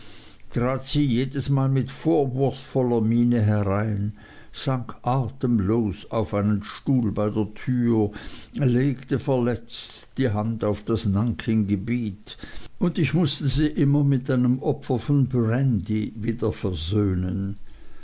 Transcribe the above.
trat sie jedesmal mit vorwurfsvoller miene herein sank atemlos auf einen stuhl bei der tür legte verletzt die hand auf das nankinggebiet und ich mußte sie immer mit einem opfer von brandy wieder versöhnen